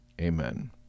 Amen